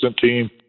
team